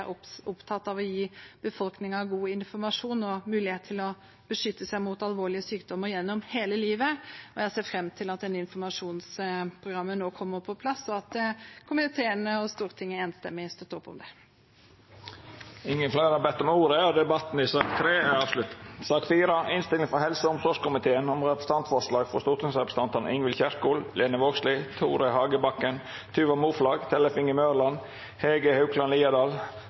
er opptatt av å gi befolkningen god informasjon og mulighet til å beskytte seg mot alvorlige sykdommer gjennom hele livet, og jeg ser fram til at informasjonsprogrammet nå kommer på plass, og at komiteen og Stortinget enstemmig støtter opp om det. Fleire har ikkje bedt om ordet til sak nr. 3. Etter ynske frå helse- og omsorgskomiteen vil presidenten ordna debatten slik: 3 minutt til kvar partigruppe og